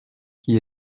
qui